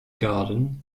garden